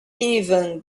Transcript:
even